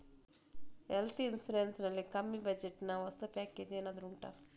health insurance ನಲ್ಲಿ ಕಮ್ಮಿ budget ನ ಹೊಸ ಪ್ಯಾಕೇಜ್ ಏನಾದರೂ ಉಂಟಾ